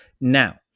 Now